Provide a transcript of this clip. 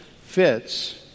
fits